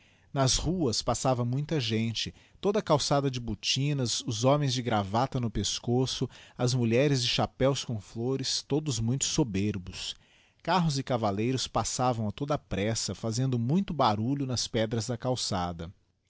nas ruas passava muita gente toda calçada de botinas os homens de gravata no pescoço as mulheres de chapéus com flores todos muito soberbos carros e cavalleiros passavam á toda pressa fazendo muito barulho nas pedras da calçada